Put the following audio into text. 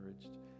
encouraged